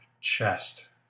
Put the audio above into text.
chest